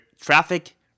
traffic